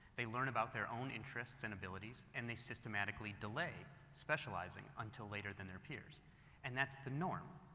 they learn about their own interests and abilities and they systematically delay specializing until later than their peers and that's the norm.